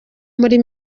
muri